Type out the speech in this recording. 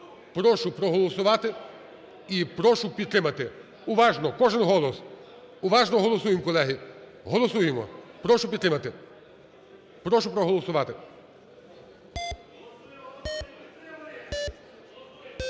Прошу проголосувати і прошу підтримати. Уважно! Кожен голос. Уважно голосуємо, колеги. Голосуємо. Прошу підтримати. Прошу проголосувати.